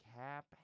cap